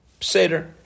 Seder